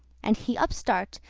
and he up start,